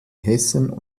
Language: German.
hessen